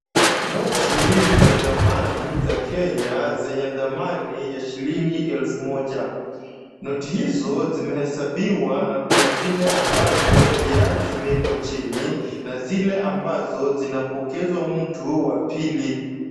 Noti za zamani za Kenya zenye thamani ya shilingi elfu moja. Noti hizo zimehesabiwa na kuna zile ambazo tayari zimewekwa chini na zile ambazo zinapokezwa mtu wa pili.